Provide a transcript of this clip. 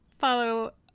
follow